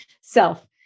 self